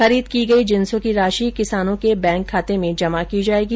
खरीद की गई जिंसों की राशि किसानों के बैंक खाते में जमा की जाएगी